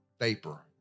vapor